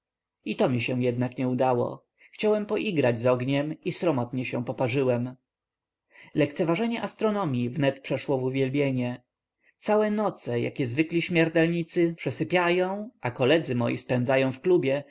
to mi się jednak nie udało chciałem poigrać z ogniem i sromotnie się poparzyłem lekceważenie astronomii wnet przeszło w uwielbienie całe noce jakie zwykli śmiertelnicy przesypiają a koledzy moi spędzają w klubie